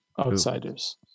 outsiders